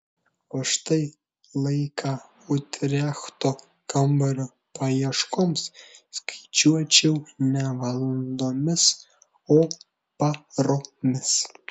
o štai laiką utrechto kambario paieškoms skaičiuočiau ne valandomis o paromis